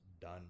done